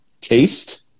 taste